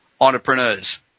entrepreneurs